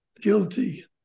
guilty